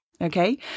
Okay